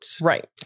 Right